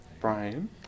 Brian